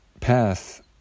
path